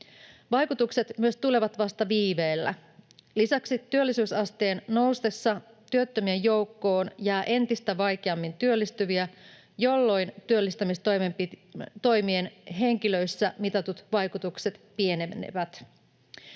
Vaikutukset myös tulevat vasta viiveellä. Lisäksi työllisyysasteen noustessa työttömien joukkoon jää entistä vaikeammin työllistyviä, jolloin työllistämistoimien henkilöissä mitatut vaikutukset pienenevät.